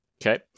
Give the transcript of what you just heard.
Okay